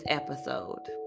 episode